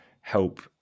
help